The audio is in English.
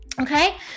Okay